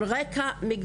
כן.